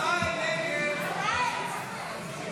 הסתייגות 32 לא